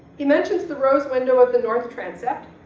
he mentions the rose window of the north transept,